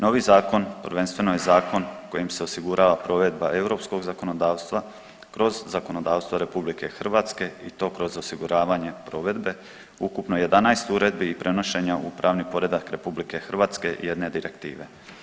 Novi zakon prvenstveno je zakon kojim se osigurava provedba europskog zakonodavstva kroz zakonodavstvo RH i to kroz osiguravanja provedbe ukupno 11 uredbi i prenošenja u pravni poredak RH jedne direktive.